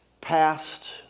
past